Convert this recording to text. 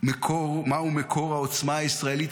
מקור העוצמה הישראלית,